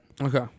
Okay